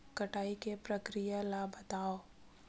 कटाई के प्रक्रिया ला बतावव?